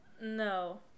No